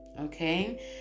Okay